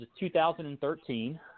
2013